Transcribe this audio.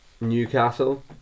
Newcastle